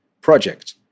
project